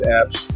apps